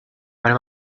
when